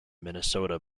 minnesota